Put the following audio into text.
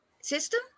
system